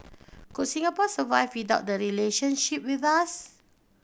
could Singapore survive without the relationship with us